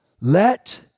Let